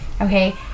Okay